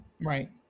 Right